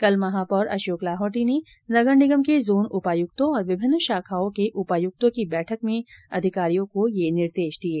कल महापौर अशोक लाहोटी ने नगर निगम के जोन उपायक्तों और विभिन्न शाखाओं के उपायक्तों की बैठक में अधिकारियों को ये निर्देश दिये